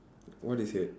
what he said